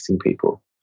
people